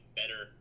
better